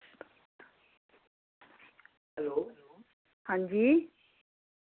हां जी